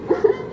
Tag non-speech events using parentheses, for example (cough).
(laughs)